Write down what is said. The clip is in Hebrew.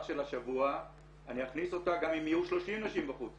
של השבוע אני אכניס אותה גם יהיו 30 נשים בחוץ.